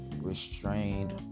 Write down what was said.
restrained